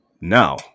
now